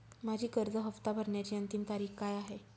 माझी कर्ज हफ्ता भरण्याची अंतिम तारीख काय आहे?